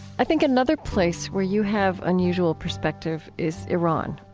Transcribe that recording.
i think another place where you have unusual perspective is iran.